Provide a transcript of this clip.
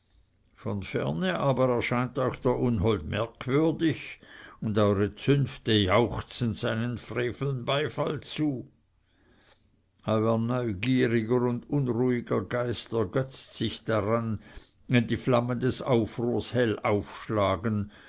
von ferne aber erscheint euch der unhold merkwürdig und eure zünfte jauchzen seinen freveln beifall zu euer neugieriger und unruhiger geist ergötzt sich daran wenn die flammen des aufruhrs hell aufschlagen